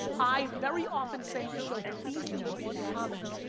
i very often say on the show please leave one comment,